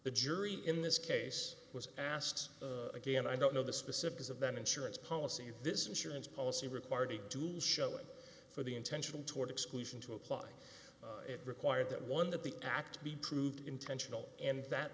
the jury in this case was asked again i don't know the specifics of that insurance policy this insurance policy required to show it for the intentional toward exclusion to apply it require that one that the act be proved intentional and that